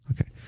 Okay